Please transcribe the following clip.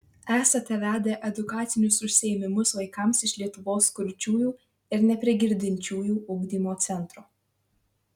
esate vedę edukacinius užsiėmimus vaikams iš lietuvos kurčiųjų ir neprigirdinčiųjų ugdymo centro